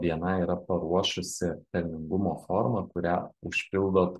bni yra paruošusi pelningumo formą kurią užpildot